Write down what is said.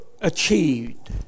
achieved